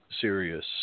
serious